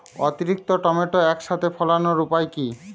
অতিরিক্ত টমেটো একসাথে ফলানোর উপায় কী?